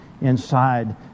inside